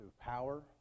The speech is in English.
power